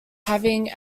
having